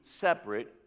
separate